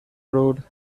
road